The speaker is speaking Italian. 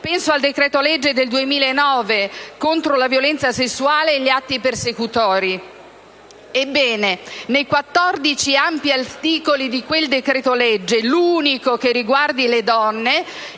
Penso al decreto-legge n. 11 del 2009 contro la violenza sessuale e gli atti persecutori: ebbene, dei 14 ampi articoli di quel decreto-legge, l'unico che riguardi le donne